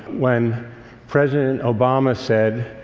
when president obama said,